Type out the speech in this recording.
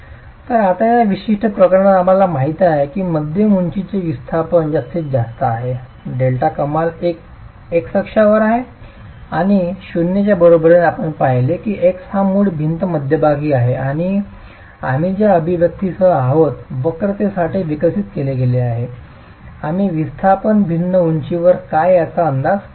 तर आता या विशिष्ट प्रकरणात आम्हाला माहित आहे की मध्यम उंचीचे विस्थापन जास्तीत जास्त आहे डेल्टा कमाल एक x वर आहे 0 च्या बरोबरीने आपण पाहिले की x हा मूळ भिंत मध्यभागी आहे आणि आम्ही ज्या अभिव्यक्तीसह आहोत वक्रतेसाठी विकसित केले आहे आम्ही विस्थापन भिन्न उंचीवर काय याचा अंदाज करू शकतो